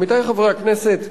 עמיתי חברי הכנסת,